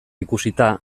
ikusita